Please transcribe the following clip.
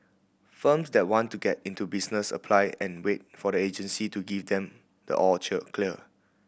firms that want to get into the business apply and wait for the agency to give them the all cheer clear